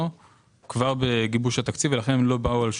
החלטת הממשלה היא זו שקבעה שבמקום שזה ייועד לשימוש א' זה ייועד לשימוש